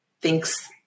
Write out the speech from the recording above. thinks